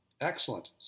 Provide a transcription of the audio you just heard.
Excellent